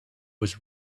was